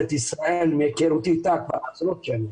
ישראל מהיכרותי איתה כבר עשרות שנים,